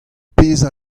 pezh